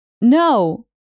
No